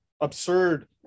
absurd